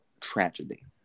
tragedy